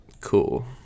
Cool